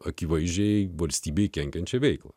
akivaizdžiai valstybei kenkiančią veiklą